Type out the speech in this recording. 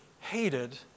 hated